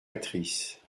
actrices